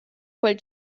quel